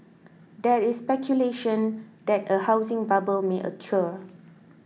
there is speculation that a housing bubble may occur